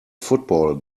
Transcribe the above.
football